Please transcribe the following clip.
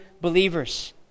believers